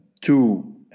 two